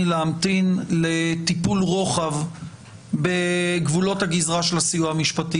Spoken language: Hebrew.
להמתין לטיפול רוחב בגבולות הגזרה של הסיוע המשפטי.